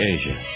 Asia